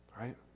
right